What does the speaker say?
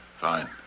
Fine